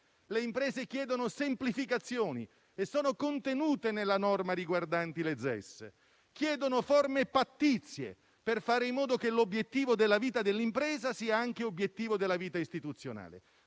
Le imprese chiedono semplificazioni, contenute nelle norme riguardanti le ZES; chiedono forme pattizie per fare in modo che l'obiettivo della vita dell'impresa sia anche obiettivo della vita istituzionale.